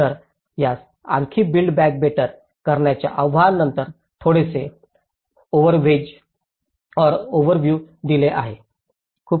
तर यास आणखी बिल्ड बॅक बेटर करण्याच्या आव्हानांवर थोडेसे ओव्हर्व्ह्यू दिले आहे